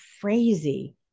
crazy